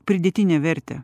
pridėtinę vertę